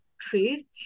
trade